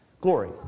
Glory